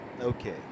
okay